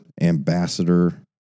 Ambassador